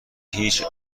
هیچ